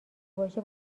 باشه